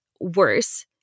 worse